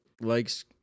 likes